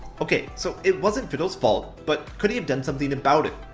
okay, so it wasn't fiddle's fault, but could he have done something about it?